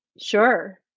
Sure